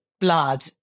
blood